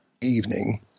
evening